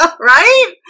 Right